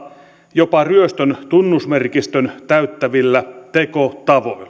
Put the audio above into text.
jopa ryöstön tunnusmerkistön täyttävillä tekotavoilla